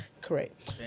Correct